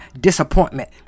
disappointment